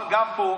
אבל גם פה,